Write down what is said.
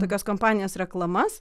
tokios kompanijos reklamas